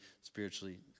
spiritually